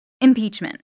impeachment